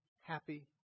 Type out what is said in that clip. happy